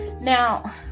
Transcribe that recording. Now